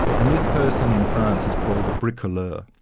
and this person in france is called a bricoleur,